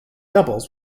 doubles